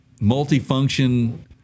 multi-function